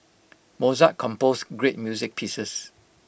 Mozart composed great music pieces